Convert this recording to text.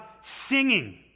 singing